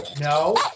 No